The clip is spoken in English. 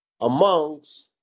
Amongst